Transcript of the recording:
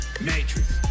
matrix